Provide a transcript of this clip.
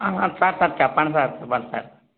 sir sir చెప్పండి sir చెప్పండి sir